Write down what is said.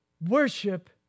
worship